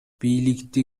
бийликти